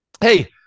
Hey